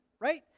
right